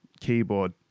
keyboard